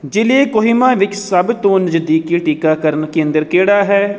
ਜ਼ਿਲ੍ਹੇ ਕੋਹਿਮਾ ਵਿੱਚ ਸਭ ਤੋਂ ਨਜ਼ਦੀਕੀ ਟੀਕਾਕਰਨ ਕੇਂਦਰ ਕਿਹੜਾ ਹੈ